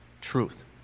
truth